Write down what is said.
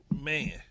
man